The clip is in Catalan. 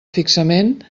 fixament